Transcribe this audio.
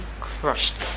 crushed